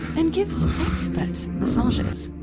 and gives expert massages.